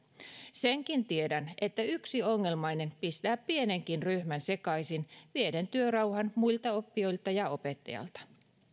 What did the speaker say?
senkin tiedän että yksi ongelmainen pistää pienenkin ryhmän sekaisin vieden työrauhan muilta oppijoilta ja opettajalta